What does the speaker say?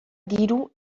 diru